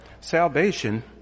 salvation